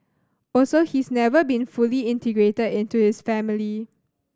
also he's never been fully integrated into his family